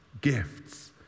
gifts